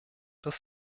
des